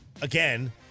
again